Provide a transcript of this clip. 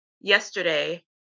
Yesterday